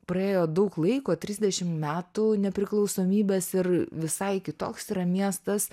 praėjo daug laiko trisdešim metų nepriklausomybės ir visai kitoks yra miestas